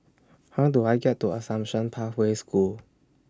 How Do I get to Assumption Pathway School